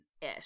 ish